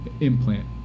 implant